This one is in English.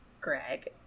Greg